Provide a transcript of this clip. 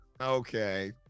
okay